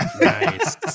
Nice